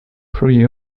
free